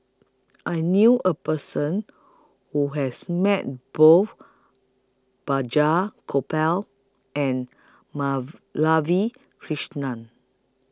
I knew A Person Who has Met Both Balraj Gopal and Madhavi Krishnan